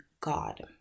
God